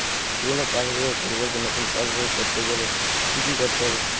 পুরানো পাশবইয়ের পরিবর্তে নতুন পাশবই ক রতে গেলে কি কি করতে হবে?